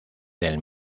del